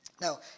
Now